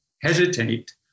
hesitate